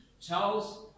Charles